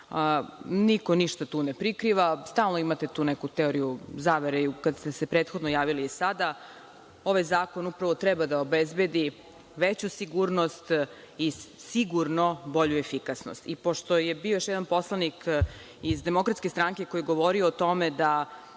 ništa tu ne prikriva, stalno imate tu neku teoriju zavere, i kada ste se prethodno javili i sada. Ovaj zakon upravo treba da obezbedi veću sigurnost i sigurno bolju efikasnost. Pošto je bio još jedan poslanik iz DS koji je govorio o tome da